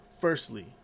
Firstly